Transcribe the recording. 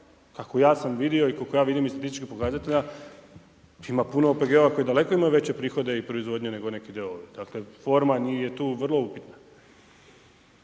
koliko ja sam vidio, i koliko ja vidim …/Govornik se ne razumije./… pokazatelja ima puno OPG-ova koji daleko imaju veće prihode i proizvodnje nego neki d.o.o. dakle, forma nije tu vrlo upitna.